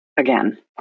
again